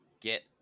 get